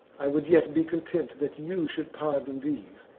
i would yet be content that you should pardon these,